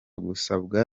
gusabwa